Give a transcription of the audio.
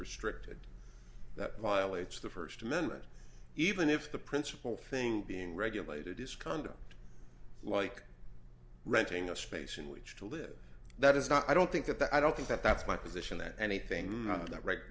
for strict would that violates the first amendment even if the principal thing being regulated is conduct like renting a space in which to live that is not i don't think that that i don't think that that's my position that anything on that